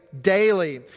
daily